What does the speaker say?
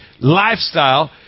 lifestyle